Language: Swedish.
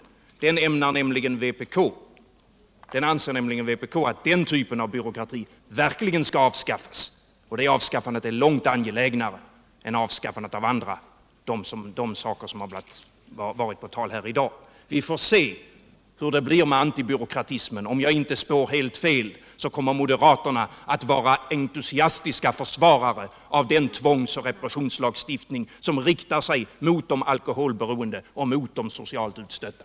Vpk anser att den typen av byråkrati verkligen skall avskaffas. Det avskaffandet är långt angelägnare än avskaffandet av de saker som varit på tal i dag. Vi får se hur det då blir med antibyråkratismen. Om jag inte spår helt fel kommer moderaterna att vara entusiastiska försvarare av den tvångs och repressionslagstiftning som riktar sig mot de alkoholberoende och mot de socialt utstötta.